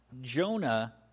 Jonah